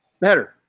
better